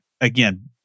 again